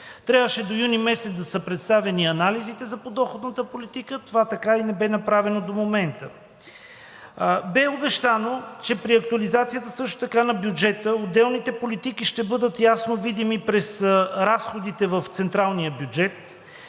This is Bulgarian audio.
Трябваше до юни месец да са представени анализите за подоходната политика. Това така и не бе направено до момента. Бе също така обещано, че при актуализацията на бюджета отделните политики ще бъдат ясно видими през разходите в централния бюджет,